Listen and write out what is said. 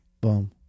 boom